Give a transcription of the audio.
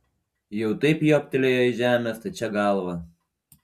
jau taip jobtelėjo į žemę stačia galva